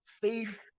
Faith